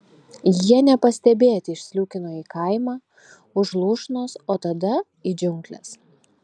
jie nepastebėti išsliūkino į kaimą už lūšnos o tada į džiungles